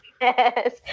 Yes